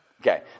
Okay